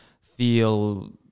feel